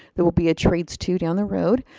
there will be a trades two down the road.